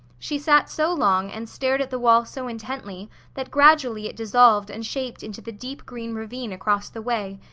she sat so long and stared at the wall so intently that gradually it dissolved and shaped into the deep green ravine across the way,